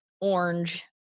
orange